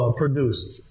produced